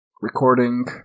recording